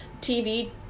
TV